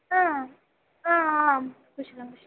आ आ आ आं कुशली कुशली